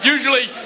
Usually